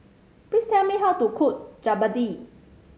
please tell me how to cook Jalebi